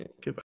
goodbye